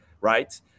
right